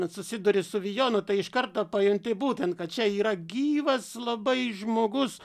susiduri vijonu tai iš karto pajunti būtent kad čia yra gyvas labai žmogus